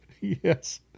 Yes